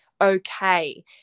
okay